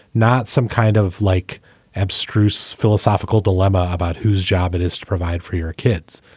not some kind of like abstruse philosophical dilemma about whose job it is to provide for your kids.